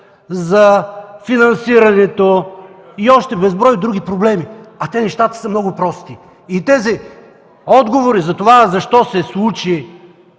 за финансирането и още безброй други проблеми, а нещата са много прости. Тези отговори за това защо се случи